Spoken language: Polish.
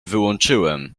wyłączyłem